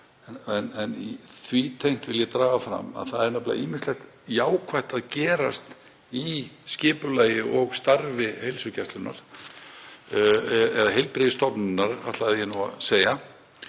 En því tengdu vil ég draga fram að það er nefnilega ýmislegt jákvætt að gerast í skipulagi og starfi heilsugæslunnar eða heilbrigðisstofnunarinnar, ætlaði ég nú að segja,